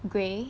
grey